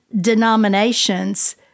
denominations